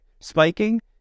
Spiking